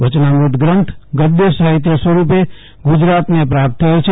વચનામૃત ગ્રંથ ગધ સાહિત્ય સ્વરૂપે ગુજરાતને પ્રાપ્ત થયો છે